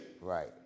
Right